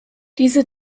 diese